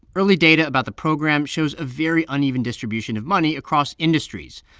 early data about the program shows a very uneven distribution of money across industries.